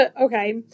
Okay